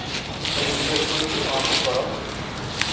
ᱟᱹᱰᱤ ᱵᱤᱫᱟᱹᱞ ᱠᱷᱚᱱᱜᱮ ᱱᱚᱣᱟ ᱠᱚ ᱯᱚᱨᱚᱵᱽ